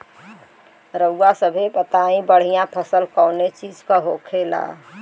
रउआ सभे बताई बढ़ियां फसल कवने चीज़क होखेला?